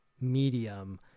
medium